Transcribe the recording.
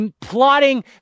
plotting